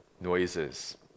noises